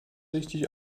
richtig